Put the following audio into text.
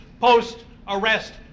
post-arrest